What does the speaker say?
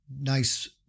nice